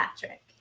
Patrick